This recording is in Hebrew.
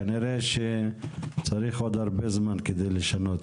כנראה שצריך עוד הרבה זמן כדי לשנות.